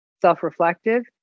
self-reflective